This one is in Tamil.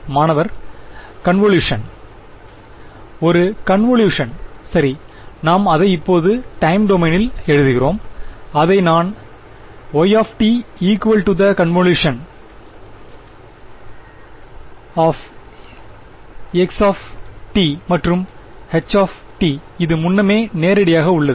மாணவர் காணவொலுஷன் ஒரு கன்வொலுஷன் சரி நாம் அதை இப்போது டைம் டொமைனில் எழுதுகிறேன் நான் அததை y equal to the convolution of x மற்றும் h இது முன்னமே நேரடியாக உள்ளது